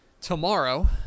tomorrow